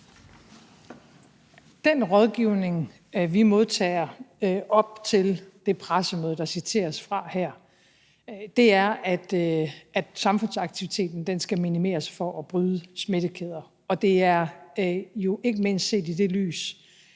Den rådgivning, vi modtager op til det pressemøde, der citeres fra her, er, at samfundsaktiviteten skal minimeres for at bryde smittekæder. Det er jo ikke mindst set i det lys,